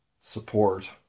support